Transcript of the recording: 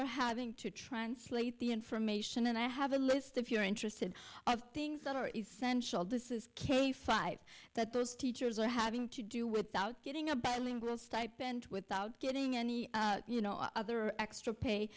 are having to translate the information and i have a list if you're interested i have things that are essential this is k five that those teachers are having to do without getting a bad stipend without getting any you know other extra pay